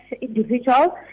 individual